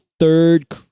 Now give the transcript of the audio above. third